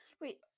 Wait